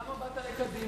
למה באת לקדימה?